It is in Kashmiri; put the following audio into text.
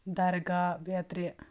درگاہ بیتِرِ